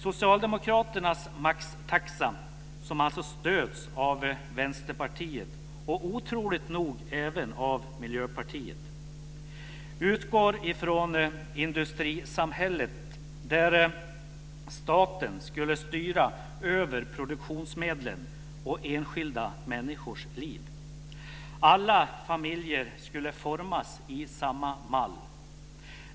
Socialdemokraternas maxtaxa som alltså stöds av Vänsterpartiet, och otroligt nog även av Miljöpartiet, utgår från industrisamhället där staten skulle styra över produktionsmedlen och enskilda människors liv. Alla familjer skulle formas efter samma mall.